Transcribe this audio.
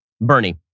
Bernie